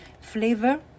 flavor